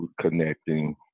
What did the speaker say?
connecting